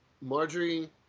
Marjorie